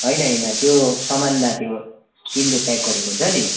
होइन होइन त्यो सामानमा त्यो सिलले प्याक गरेको हुन्छ नि